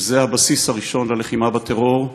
שזה הבסיס הראשון ללחימה בטרור,